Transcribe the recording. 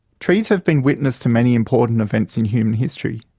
trees have been witness to many important events in human history.